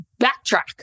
backtrack